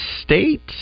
State